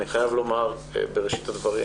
אני חייב לומר בראשית הדברים